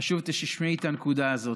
חשוב שתשמעי את הנקודה הזאת.